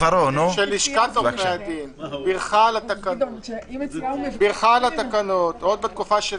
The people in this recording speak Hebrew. אומר שלשכת עורכי הדין בירכה על התקנות עוד בתקופה של